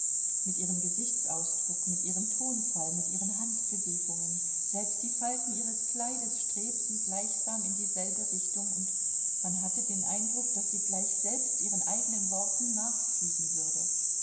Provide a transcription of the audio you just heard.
mit ihrem gesichtsausdruck mit ihrem tonfall mit ihren handbewegungen selbst die falten ihres kleides strebten gleichsam in dieselbe richtung und man hatte den eindruck daß sie gleich selbst ihren eigenen worten nachfliegen würde